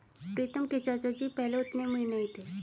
प्रीतम के चाचा जी पहले उतने अमीर नहीं थे